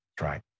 right